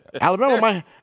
Alabama